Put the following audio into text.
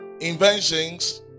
Inventions